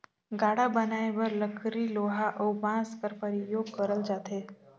गाड़ा बनाए बर लकरी लोहा अउ बाँस कर परियोग करल जाथे